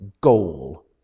goal